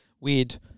weird